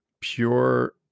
pure